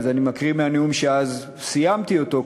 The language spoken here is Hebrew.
אני מקריא מהנאום שאז סיימתי אותו,